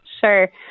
Sure